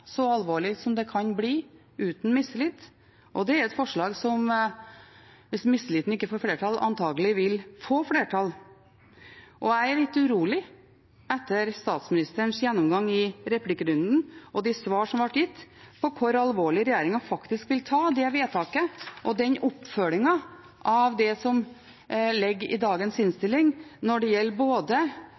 så alvorlig som det kan bli uten å være et mistillitsforslag. Det er et forslag som, hvis mistillitsforslaget ikke får flertall, antakelig vil få flertall. Jeg er litt urolig etter statsministerens gjennomgang og de svar som ble gitt i replikkordskiftet, på hvor alvorlig regjeringen faktisk vil ta det vedtaket og den oppfølgingen av det som ligger i dagens innstilling når det gjelder både